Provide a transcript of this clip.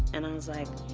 and i was like,